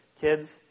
kids